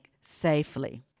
safely